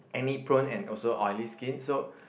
acne prone and also oily skin so